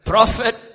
Prophet